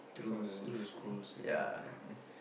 because through the schools is it uh-huh